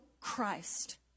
Christ